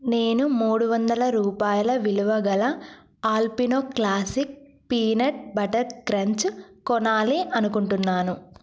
నేను మూడు వందల రూపాయల విలువ గల Alpino classic peanut butter crunch కొనాలి అనుకుంటున్నాను